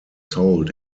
sold